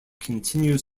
continues